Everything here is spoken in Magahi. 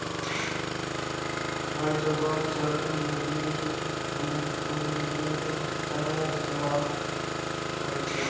हर जोगोत चल निधिर पुन्जिर तने इस्तेमाल होचे